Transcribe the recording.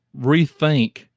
rethink